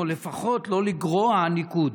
או לפחות לא לגרוע ניקוד?